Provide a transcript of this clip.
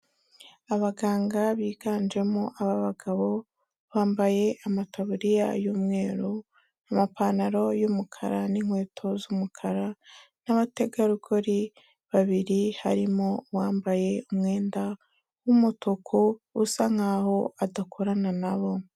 Abaganga biganjemo ab'abagabo, bambaye amataburiya y'umweru, amapantaro y'umukara n'inkweto z'umukara n'abategarugori babiri harimo uwambaye umwenda w'umutuku, usa nkaho adakorana na bo.